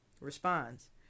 responds